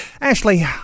Ashley